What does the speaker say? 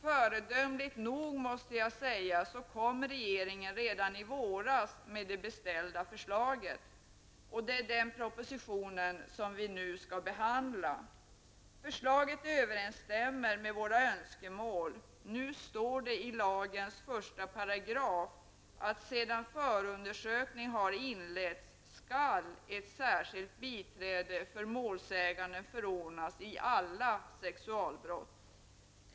Föredömligt nog, måste jag säga, kom regeringen redan i våras med det beställda förslaget. Det är den propositionen som vi nu skall behandla. Förslaget överensstämmer med våra önskemål. Nu står det i lagens första paragraf att sedan förundersökning har inletts skall ett särskilt biträde för målsäganden förordnas i alla sexualbrott.